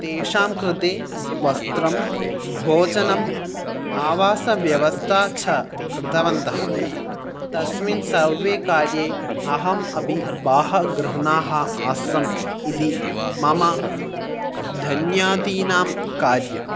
तेषां कृते वस्त्रं भोजनम् आवासव्यवस्ता च कृतवन्तः तस्मिन् सर्वे कार्ये अहम् अपि बाहगृह्णाः आस्सम् इति मम धन्यादीनां कार्यं